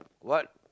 what